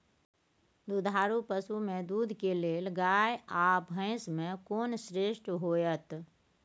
दुधारू पसु में दूध के लेल गाय आ भैंस में कोन श्रेष्ठ होयत?